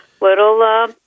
little